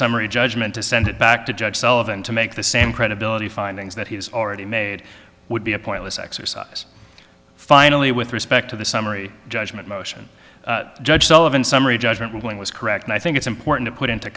summary judgment to send it back to judge sullivan to make the same credibility findings that he has already made would be a pointless exercise finally with respect to the summary judgment motion judge sullivan summary judgment ruling was correct and i think it's important to put into